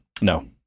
No